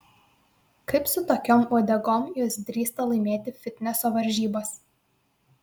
kaip su tokiom uodegom jos drįsta laimėti fitneso varžybas